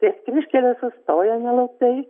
ties kryžkele sustojo nelauktai